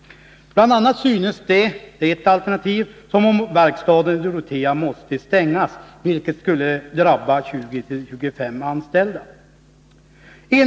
BI. a. 61 synes det som om verkstaden i Dorotea måste stängas, vilket skulle drabba 20-25 anställda.